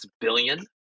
billion